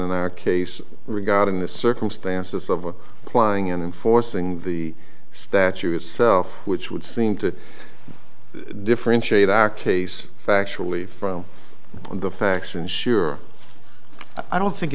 our case regarding the circumstances of plying and enforcing the statute itself which would seem to differentiate our case factually from on the facts and sure i don't think